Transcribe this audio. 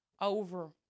over